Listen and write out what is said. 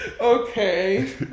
Okay